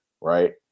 Right